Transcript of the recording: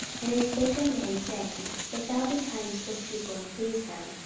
and they spake unto him, saying, if thou be kind to this people, and please them,